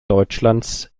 deutschlands